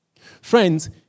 Friends